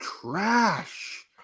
trash